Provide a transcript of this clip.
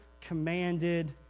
commanded